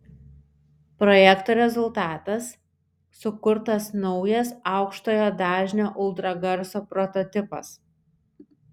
projekto rezultatas sukurtas naujas aukštojo dažnio ultragarso prototipas